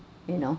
you know